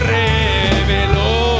reveló